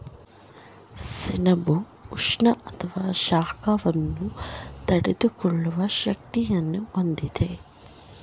ಸೆಣಬು ಉಷ್ಣ ಮತ್ತು ಶಾಖವನ್ನು ತಡೆದುಕೊಳ್ಳುವ ಶಕ್ತಿಯನ್ನು ಹೊಂದಿದೆ